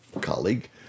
colleague